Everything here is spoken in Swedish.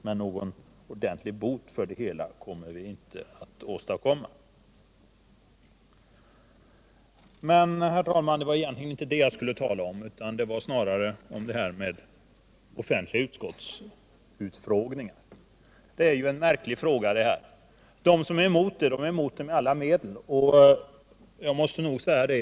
Men någon ordentlig bot kommer vi inte att åstadkomma. Herr talman! Det var egentligen inte detta jag skulle tala om utan snarare om offentlig utskottsutfrågning. Det är en märklig fråga. De som är emot ett system med offentliga utskottsutfrågningar är emot det med alla medel.